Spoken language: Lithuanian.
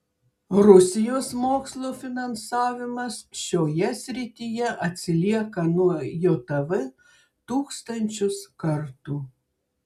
rusijos mokslo finansavimas šioje srityje atsilieka nuo jav tūkstančius kartų